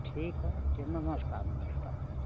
ठीक है जी नमस्कार नमस्कार नम